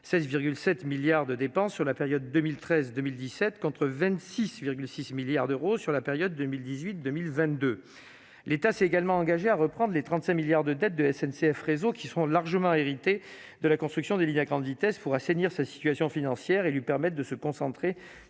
16 7 milliards de dépenses sur la période 2013, 2017 contre 26,6 milliards d'euros sur la période 2018, 2022, l'État s'est également engagé à reprendre et les 35 milliards de dette de SNCF, réseau qui sont largement héritée de la construction des lignes à grande vitesse pour assainir sa situation financière et lui permettent de se concentrer